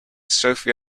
sophie